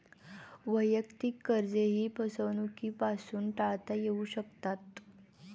वैयक्तिक कर्जेही फसवणुकीपासून टाळता येऊ शकतात